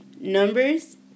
Numbers